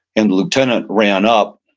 and lieutenant ran up,